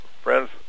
Friends